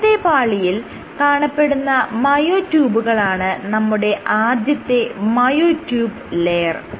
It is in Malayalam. താഴത്തെ പാളിയിൽ കാണപ്പെടുന്ന മയോട്യൂബുകളാണ് നമ്മുടെ ആദ്യത്തെ മയോട്യൂബ് ലെയർ